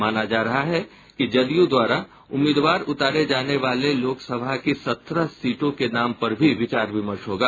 माना जा रहा है कि जदयू द्वारा उम्मीदवार उतारे जाने वाले लोकसभा की सत्रह सीटों के नाम पर भी विचार विमर्श होगा